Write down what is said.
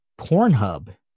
Pornhub